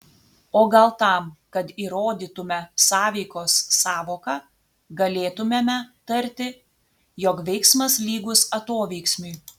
o gal tam kad įrodytume sąveikos sąvoką galėtumėme tarti jog veiksmas lygus atoveiksmiui